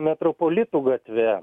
metropolitų gatve